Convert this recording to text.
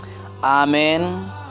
Amen